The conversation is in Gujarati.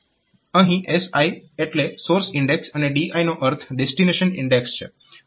અહીં SI એટલે સોર્સ ઇન્ડેક્સ અને DI નો અર્થ ડેસ્ટીનેશન ઇન્ડેક્સ છે